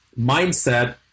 mindset